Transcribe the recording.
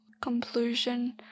conclusion